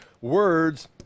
words